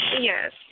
Yes